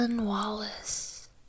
Wallace